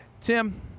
tim